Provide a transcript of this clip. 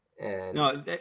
No